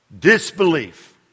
disbelief